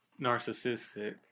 narcissistic